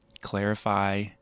Clarify